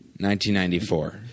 1994